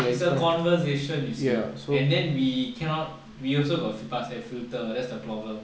it's a conversation you see and then we cannot we also must have filter that's the problem